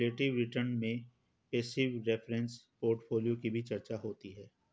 relative return में passive reference portfolio की भी चर्चा होती है